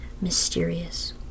mysterious